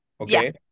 okay